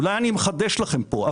אולי אני מחדש לכם פה,